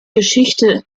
geschichte